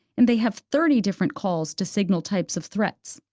and they have thirty different calls to signal types of threats.